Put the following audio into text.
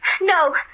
No